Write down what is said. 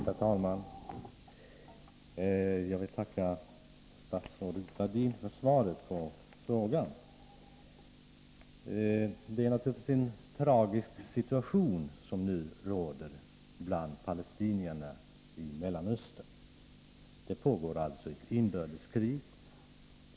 Herr talman! Jag vill tacka statsrådet Gradin för svaret på min fråga. Naturligtvis är det en tragisk situation som nu råder för palestinierna i Mellanöstern. Ett inbördeskrig pågår alltså.